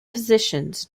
positions